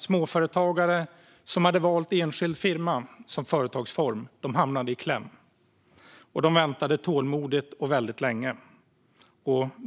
Småföretagare som hade valt enskild firma som företagsform hamnade i kläm. De väntade tålmodigt och väldigt länge.